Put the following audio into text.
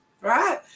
Right